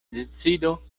decido